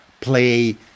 play